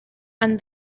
and